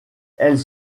elles